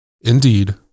Indeed